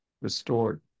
restored